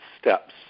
steps